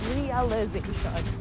realization